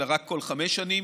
אלא רק כל חמש שנים.